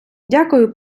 дякую